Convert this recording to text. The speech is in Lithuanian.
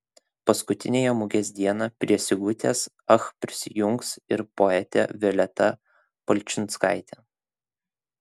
paskutiniąją mugės dieną prie sigutės ach prisijungs ir poetė violeta palčinskaitė